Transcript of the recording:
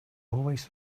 always